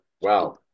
Wow